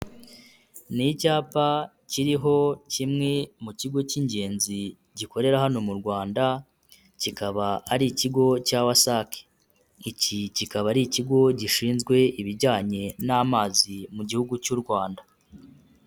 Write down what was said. Ni icyapa kiriho kimwe mu kigo k'ingenzi gikorera hano mu Rwanda kikaba ari ikigo cya WASAC. Iki kikaba ari ikigo gishinzwe ibijyanye n'amazi mu gihugu cy'u Rwanda.